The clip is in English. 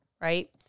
Right